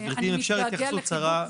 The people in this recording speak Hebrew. גברתי, אם אפשר התייחסות קצרה.